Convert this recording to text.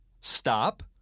stop